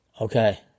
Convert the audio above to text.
Okay